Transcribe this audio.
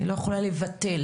אני לא יכולה לבטל.